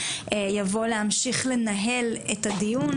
יבוא להמשיך לנהל את הדיון.